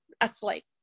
asleep